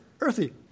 earthy